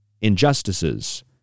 injustices